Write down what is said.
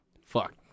fuck